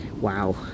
wow